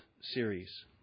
series